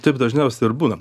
taip dažniausia ir būna